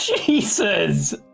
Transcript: Jesus